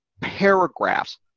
paragraphs